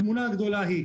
התמונה הגדולה היא,